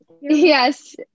yes